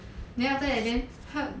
then after that then 他